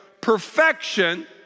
perfection